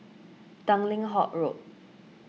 Tanglin Halt Road